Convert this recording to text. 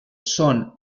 són